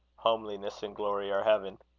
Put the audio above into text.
homeliness and glory are heaven.